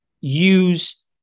use